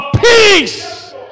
peace